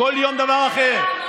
כל יום דבר אחר,